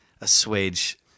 assuage